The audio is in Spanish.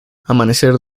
amanecer